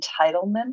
entitlement